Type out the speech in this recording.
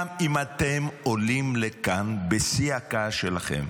אני אומר את זה גם אם אתם עולים לכאן בשיא הכעס שלכם.